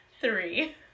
Three